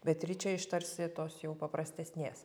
beatričė iš tarsi tos jau paprastesnės